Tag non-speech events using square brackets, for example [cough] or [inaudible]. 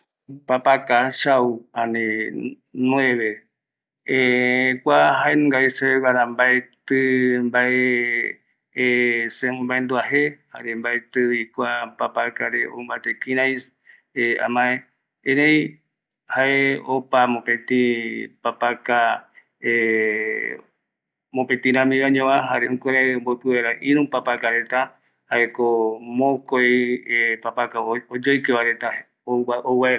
kua papaka sau o nueve, [hesitation] kua jaenungavi, seveguara mbatï mbae [hesitation] semomaendua jee, jare mbaetïvi kua, papakare ou mbaetï kïräï amae, erei jae opa mopeti papaka, [hesitation] mopetiramivañova, jare jukurai omboïpï vaera ïrü papakareta, jaeko mokoi papaka oyoïke vareta, ou vaera.